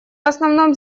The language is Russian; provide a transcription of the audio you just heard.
основном